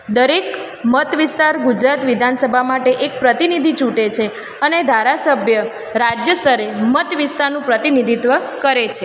દરેક મત વિસ્તાર ગુજરાત વિધાનસભા માટે એક પ્રતિનિધિ ચૂંટે છે અને ધારાસભ્ય રાજ્યસ્તરે મત વિસ્તારનું પ્રતિનિધિત્ત્વ કરે છે